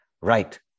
Right